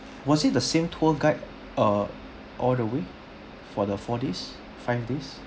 was he the same tour guide err all the way for the four days five days